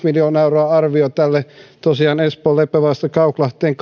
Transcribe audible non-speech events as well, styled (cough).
(unintelligible) miljoonaa euroa tosiaan tälle kaupunkiradalle oikoradalle espoon leppävaarasta kauklahteen (unintelligible)